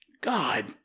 God